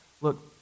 Look